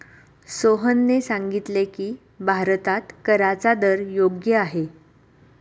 सोहनने सांगितले की, भारतात कराचा दर योग्य आहे